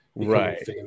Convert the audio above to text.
Right